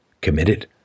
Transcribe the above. committed